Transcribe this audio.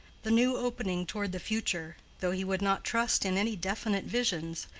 the new opening toward the future, though he would not trust in any definite visions,